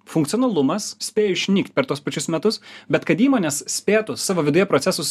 funkcionalumas spėjo išnykt per tuos pačius metus bet kad įmonės spėtų savo viduje procesus